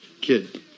Kid